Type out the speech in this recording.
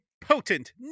potent